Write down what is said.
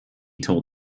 told